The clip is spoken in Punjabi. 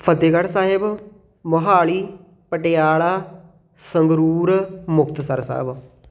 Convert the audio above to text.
ਫਤਿਹਗੜ੍ਹ ਸਾਹਿਬ ਮੋਹਾਲੀ ਪਟਿਆਲਾ ਸੰਗਰੂਰ ਮੁਕਤਸਰ ਸਾਹਿਬ